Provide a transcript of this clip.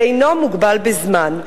שאינו מוגבל בזמן.